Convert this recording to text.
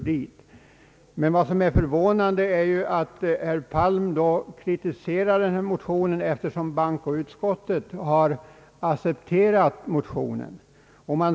Eftersom bankoutskottet har accepterat motionen, är det förvånande att herr Palm kritiserar den.